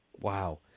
wow